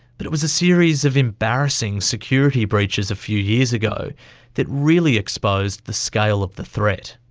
but it was a series of embarrassing security breaches a few years ago that really exposed the scale of the threat.